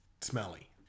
smelly